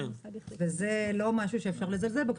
זה לא דבר שאפשר לזלזל בו,